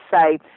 say